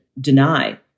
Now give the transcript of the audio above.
deny